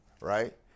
right